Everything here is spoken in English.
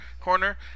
corner